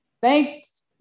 thanks